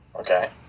Okay